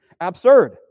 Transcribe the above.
absurd